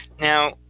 now